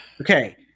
Okay